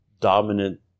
dominant